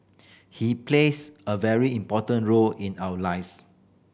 he plays a very important role in our lives